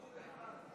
חבר הכנסת